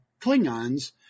Klingons